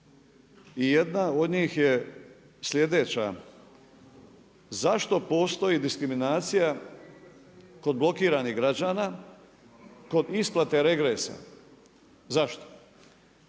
i jedna od njih je sljedeća. Zašto postoji diskriminacija kod blokiranih građana kod isplate regresa? Zašto?